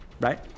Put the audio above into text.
right